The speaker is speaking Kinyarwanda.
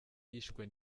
yishwe